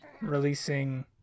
releasing